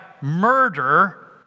murder